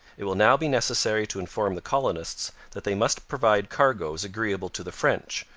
it will now be necessary to inform the colonists that they must provide cargoes agreeable to the french,